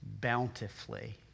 bountifully